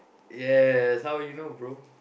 yes how you know bro